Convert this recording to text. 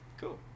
Cool